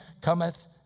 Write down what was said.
cometh